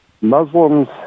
Muslims